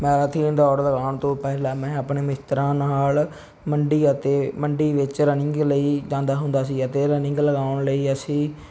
marathon ਦੌੜ ਲਗਾਉਣ ਤੋਂ ਪਹਿਲਾਂ ਮੈਂ ਆਪਣੇ ਮਿੱਤਰਾਂ ਨਾਲ ਮੰਡੀ ਅਤੇ ਮੰਡੀ ਵਿੱਚ ਰਨਿੰਗ ਲਈ ਜਾਂਦਾ ਹੁੰਦਾ ਸੀ ਅਤੇ ਰਨਿੰਗ ਲਗਾਉਣ ਲਈ ਅਸੀਂ